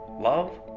love